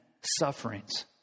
sufferings